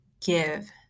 give